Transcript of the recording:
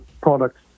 products